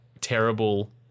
terrible